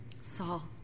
Saul